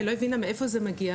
היא לא הבינה מאיפה זה מגיע,